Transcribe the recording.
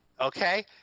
okay